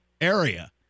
area